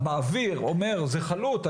המעביר אומר זה חלוט,